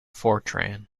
fortran